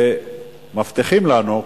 ומבטיחים לנו,